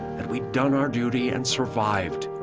that we'd done our duty and survived,